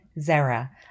Zara